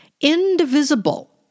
Indivisible